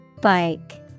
Bike